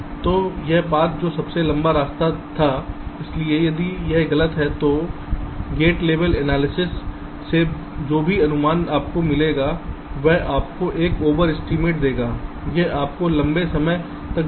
तो यह पाथ जो सबसे लंबा रास्ता था इसलिए यदि यह गलत है तो गेट लेवल एनालिसिस से जो भी अनुमान आपको मिलेगा वह आपको एक ओवर एस्टीमेट देगा यह आपको लंबे समय तक डिले देगा